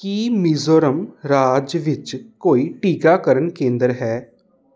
ਕੀ ਮਿਜ਼ੋਰਮ ਰਾਜ ਵਿੱਚ ਕੋਈ ਟੀਕਾਕਰਨ ਕੇਂਦਰ ਹੈ